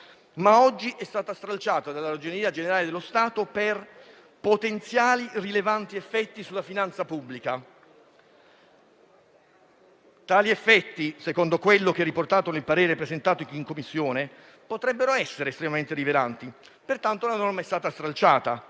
maxiemendamento su *input* della Ragioneria generale dello Stato per potenziali rilevanti effetti sulla finanza pubblica. Tali effetti, secondo quanto riportato nel parere presentato in Commissione, potrebbero essere estremamente rilevanti, pertanto la norma è stata stralciata.